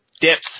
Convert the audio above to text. depth